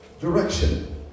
direction